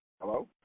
Hello